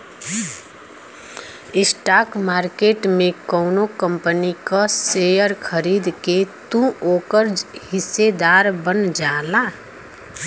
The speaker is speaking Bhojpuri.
स्टॉक मार्केट में कउनो कंपनी क शेयर खरीद के तू ओकर हिस्सेदार बन जाला